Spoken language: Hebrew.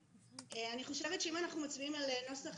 אני חושבת שאם אנחנו מצביעים על נוסח